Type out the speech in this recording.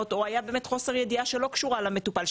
או היה באמת חוסר ידיעה שלא קשורה למטופל,